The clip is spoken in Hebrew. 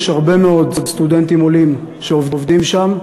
יש הרבה מאוד סטודנטים עולים שעובדים שם,